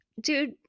dude